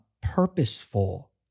purposeful